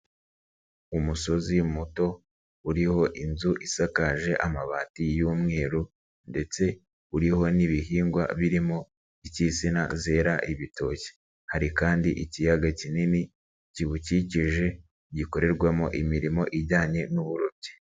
Umusozi muto uriho inzu isakaje amabati y'umweru ndetse uriho n'ibihingwa birimo icy'insina zera ibitoki. Hari kandi ikiyaga kinini kibikikije, gikorerwamo imirimo ijyanye n'uburobyi.